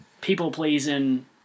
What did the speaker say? people-pleasing